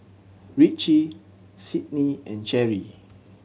Ritchie Sydnee and Cherrie